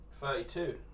Thirty-two